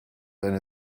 eine